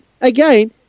again